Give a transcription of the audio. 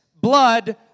blood